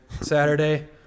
Saturday